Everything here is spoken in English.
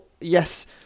yes